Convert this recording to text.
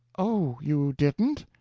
oh, you didn't?